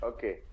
Okay